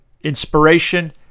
inspiration